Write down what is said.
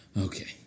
Okay